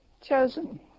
chosen